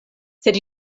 sed